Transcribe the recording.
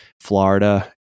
Florida